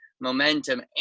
momentum